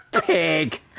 pig